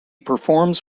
performs